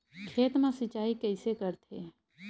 खेत मा सिंचाई कइसे करथे?